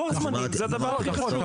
ולכן לוח זמנים זה הדבר הכי חשוב.